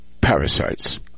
parasites